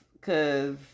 Cause